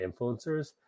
influencers